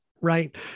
right